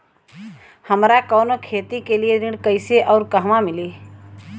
हमरा कवनो खेती के लिये ऋण कइसे अउर कहवा मिली?